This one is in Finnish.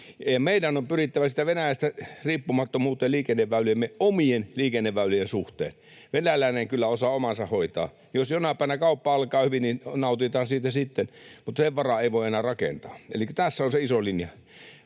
Meidän on pyrittävä riippumattomuuteen Venäjästä liikenneväyliemme, omien liikenneväylien, suhteen. Venäläinen kyllä osaa omansa hoitaa. Jos jonain päivänä kauppa alkaa hyvin, niin nautitaan siitä sitten, mutta sen varaan ei voi enää rakentaa. Elikkä tässä on se iso linja.